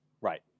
right